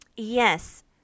Yes